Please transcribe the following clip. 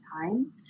time